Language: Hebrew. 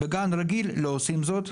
בגן רגיל לא עושים זאת,